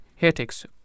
heretics